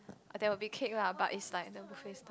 there will be cake lah but is like the buffet